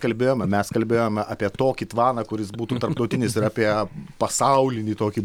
kalbėjome mes kalbėjome apie tokį tvaną kuris būtų tarptautinis ir apie pasaulinį tokį